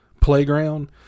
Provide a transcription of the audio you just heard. playground